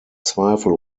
zweifel